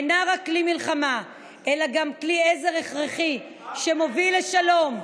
אינה רק כלי מלחמה אלא גם כלי עזר הכרחי שמוביל לשלום.